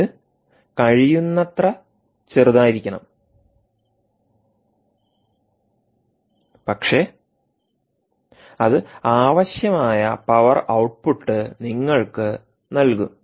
ഇത് കഴിയുന്നത്ര ചെറുതായിരിക്കണം പക്ഷേ അത് ആവശ്യമായ പവർഔട്ട്പുട്ട്നിങ്ങൾക്ക് നൽകും